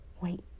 Wait